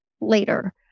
later